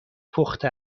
پخته